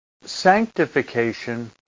sanctification